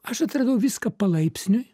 aš atradau viską palaipsniui